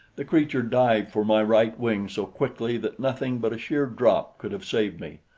the creature dived for my right wing so quickly that nothing but a sheer drop could have saved me.